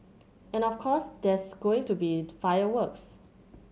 and of course there's going to be fireworks